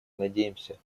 надеемся